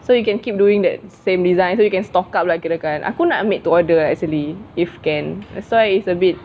so you can keep doing that same design so you can stock up lah kirakan aku nak made to order actually if can that's why it's a bit